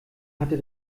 hatte